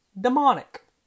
demonic